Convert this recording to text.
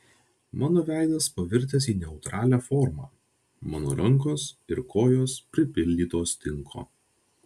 mano veidas pavirtęs į neutralią formą mano rankos ir kojos pripildytos tinko